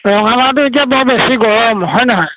ৰঙালাওটো এতিয়া বৰ বেছি গৰম হয় নহয়